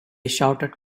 shouted